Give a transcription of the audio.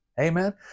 Amen